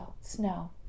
snow